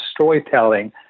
storytelling